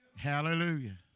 Hallelujah